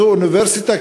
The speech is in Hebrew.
זו אוניברסיטה,